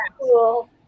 cool